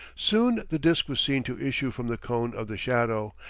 soon the disc was seen to issue from the cone of the shadow,